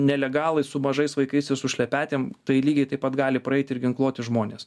nelegalai su mažais vaikais ir su šlepetėm tai lygiai taip pat gali praeit ir ginkluoti žmonės